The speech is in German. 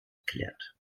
geklärt